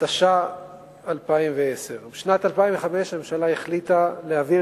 התש"ע 2010. בשנת 2005 החליטה הממשלה להעביר